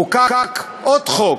חוקק עוד חוק,